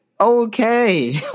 Okay